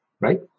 right